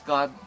God